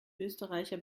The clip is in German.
österreicher